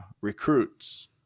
recruits